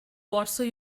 warsaw